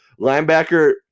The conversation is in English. linebacker